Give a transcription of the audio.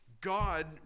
God